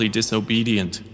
disobedient